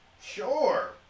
Sure